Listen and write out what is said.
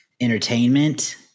entertainment